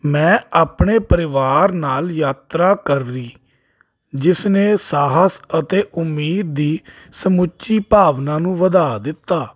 ਮੈਂ ਆਪਣੇ ਪਰਿਵਾਰ ਨਾਲ ਯਾਤਰਾ ਕਰੀ ਜਿਸ ਨੇ ਸਾਹਸ ਅਤੇ ਉਮੀਦ ਦੀ ਸਮੁੱਚੀ ਭਾਵਨਾ ਨੂੰ ਵਧਾ ਦਿੱਤਾ